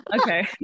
okay